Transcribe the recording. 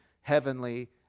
heavenly